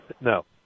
No